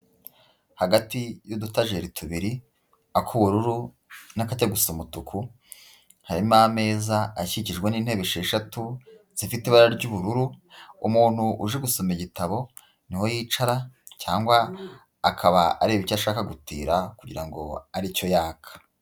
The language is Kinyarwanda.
Hagati y'udutajeri tubiri ak'ubururu n'akajya gusa umutuku harimo ameza akikijwe n'intebe esheshatu zifite ibara ry'ubururu, umuntu uje gusoma igitabo ni ho yicara cyangwa akaba areba icyo ashaka gutira kugira ngo aricyo yaka.